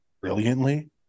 Brilliantly